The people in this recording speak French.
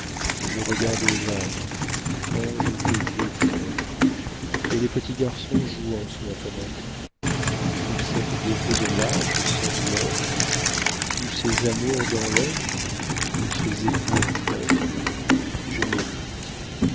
je regarde jeanne ange que dieu pénètre et les petits garçons jouant sous ma fenêtre toute cette gaîté de l'âge sans douleur tous ces amours dans l'œuf tous ces époux en fleur et je médite